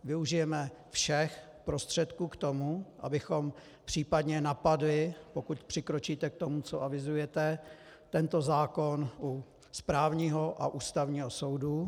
Využijeme všech prostředků k tomu, abychom případně napadli, pokud přikročíte k tomu, co avizujete, tento zákon u správního a Ústavního soudu.